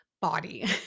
body